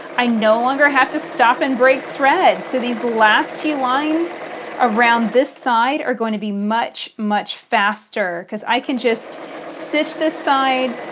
i no longer have to stop and break thread. so these last few lines around this side are going to be much, much faster because i can just stitch this side,